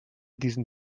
diesen